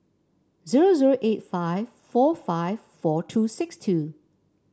zero zero eight five four five four two six two